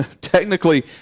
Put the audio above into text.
technically